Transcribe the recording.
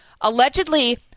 allegedly—